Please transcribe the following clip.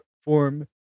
form